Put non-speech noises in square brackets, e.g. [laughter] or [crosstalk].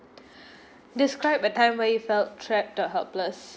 [breath] describe a time where you felt trapped or helpless